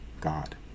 God